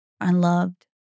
unloved